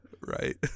Right